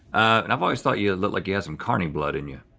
and i've always thought you looked like you had some carny blood in you.